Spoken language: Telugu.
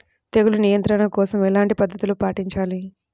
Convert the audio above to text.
తెగులు నియంత్రణ కోసం ఎలాంటి పద్ధతులు పాటించాలి?